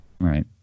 Right